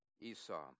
Esau